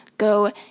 Go